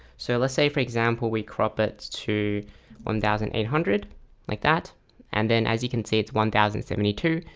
so let's say for example, we crop it to one thousand eight hundred like that and then as you can see, it's one thousand and seventy two.